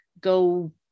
go